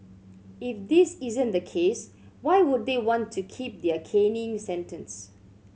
if this isn't the case why would they want to keep their caning sentence